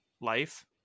life